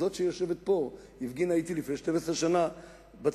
זו שיושבת פה הפגינה אתי לפני 12 שנה בצמתים,